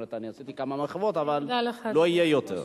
אומנם עשיתי כמה מחוות אבל לא יהיו יותר.